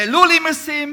העלו לי מסים,